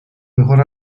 mejor